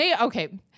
okay